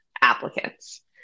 applicants